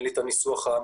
אין לי את הניסוח המדויק,